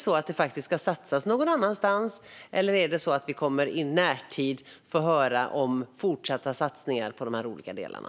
Ska det satsas någon annanstans, eller kommer vi i närtid att få höra om fortsatta satsningar på de här olika delarna?